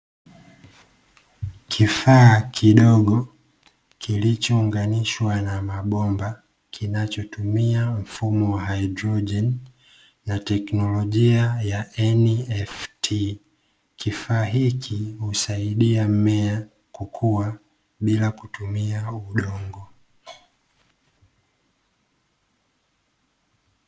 Kifaa kidogo kilichounganishwa na mabomba, kinachotumia mfumo wa haidrojeni na teknolojia ya NFT. Kifaa hiki husaidia mmea kukua bila kutumia udongo.